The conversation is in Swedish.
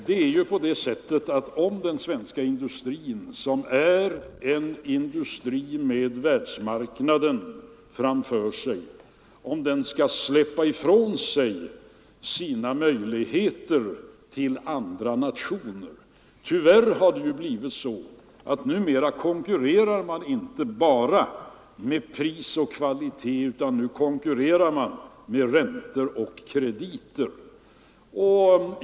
Frågan där gäller om den svenska industrin, som är en industri med världsmarknaden framför sig, skall släppa ifrån sig sina möjligheter till andra nationer. Tyvärr har det blivit så att man numera inte konkurrerar bara med pris och kvalitet utan också med räntor och krediter.